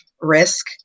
risk